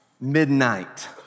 midnight